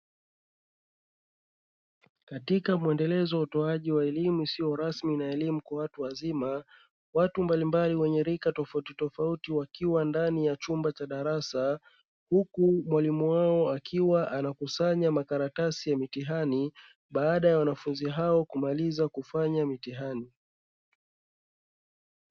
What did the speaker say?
Katika muendelezo wa utoaji wa elimu isiyo rasmi na elimu ya watu wazima, watu mbalimbali wenye rika tofauti wakiwa ndani ya chumba cha darasa, huku mwalimu wao akiwa anakusanya makaratasi ya mitihani baada ya wanafunzi hao kumaliza kufanya mitihani.